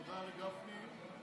תודה לגפני.